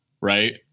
right